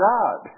God